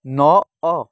ନଅ